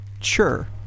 Sure